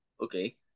okay